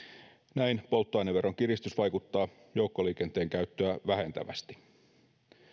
näin polttoaineveron kiristys vaikuttaa joukkoliikenteen käyttöä vähentävästi